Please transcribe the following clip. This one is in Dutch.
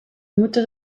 moeten